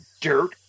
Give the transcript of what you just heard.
dirt